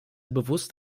bewusst